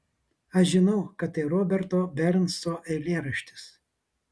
aš žinau kad tai roberto bernso eilėraštis